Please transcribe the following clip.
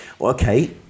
Okay